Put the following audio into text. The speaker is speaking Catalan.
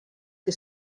que